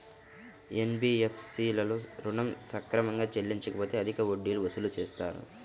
NBFC లలో ఋణం సక్రమంగా చెల్లించలేకపోతె అధిక వడ్డీలు వసూలు చేస్తారా?